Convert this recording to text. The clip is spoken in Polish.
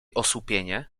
osłupienie